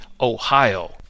Ohio